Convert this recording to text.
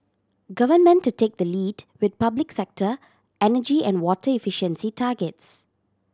government to take the lead with public sector energy and water efficiency targets